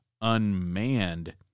unmanned